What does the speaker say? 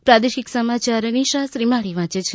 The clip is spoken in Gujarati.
પ્રાદેશિક સમાયાર નિશા શ્રીમાળી વાંચ છે